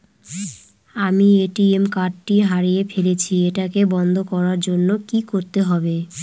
আমি ATM card টি হারিয়ে ফেলেছি এটাকে বন্ধ করার জন্য কি করতে হবে?